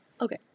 Okay